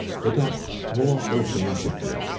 it acts more automatically,